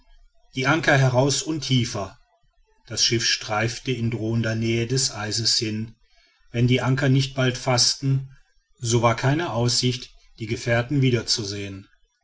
die anker heraus und tiefer das schiff streifte in drohender nähe des eises hin wenn die anker nicht bald faßten so war keine aussicht die gefährten wiederzusehen